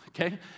Okay